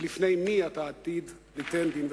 ולפני מי אתה עתיד ליתן דין וחשבון".